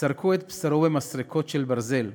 סרקו את בשרו במסרקות של ברזל,